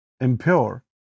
impure